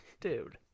Dude